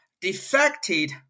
defected